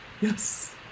Yes